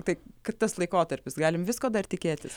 tai kad tas laikotarpis galim visko dar tikėtis